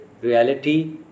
reality